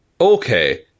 Okay